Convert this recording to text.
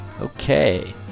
Okay